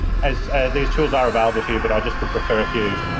as these tools are available to you, but i just would prefer if you